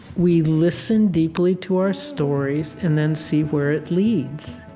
we listen deeply to our stories and then see where it leads.